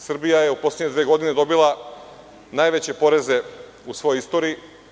Srbija je u poslednje dve godine dobila najveće poreze u svojoj istoriji.